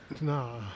Nah